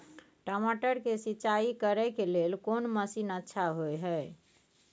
टमाटर के सिंचाई करे के लेल कोन मसीन अच्छा होय है